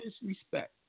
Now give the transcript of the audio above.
disrespect